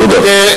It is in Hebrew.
תודה.